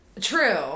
True